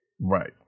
Right